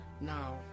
Now